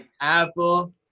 Apple